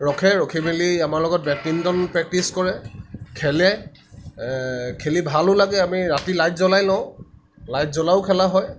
ৰখে ৰখি মেলি আমাৰ লগত বেডমিণ্টন প্ৰেক্টিছ কৰে খেলে খেলি ভালো লাগে আমি ৰাতি লাইট জ্বলাই লওঁ লাইট জ্বলায়ো খেলা হয়